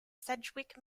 sedgwick